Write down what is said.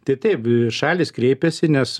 tai taip šalys kreipėsi nes